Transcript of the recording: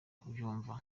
kubyumva